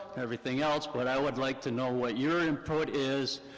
everything else, but i would like to know what your input is,